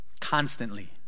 Constantly